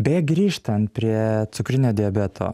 beje grįžtant prie cukrinio diabeto